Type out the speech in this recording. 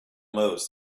most